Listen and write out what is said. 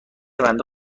بنده